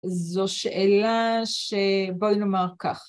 זו שאלה שבואי נאמר כך.